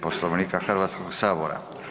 Poslovnika Hrvatskog sabora.